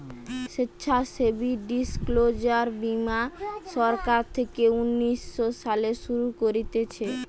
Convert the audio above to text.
স্বেচ্ছাসেবী ডিসক্লোজার বীমা সরকার থেকে উনিশ শো সালে শুরু করতিছে